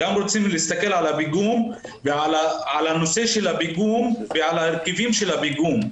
גם רוצים להסתכל על הפיגום ועל ההרכבים של הפיגום.